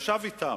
הוא ישב אתן.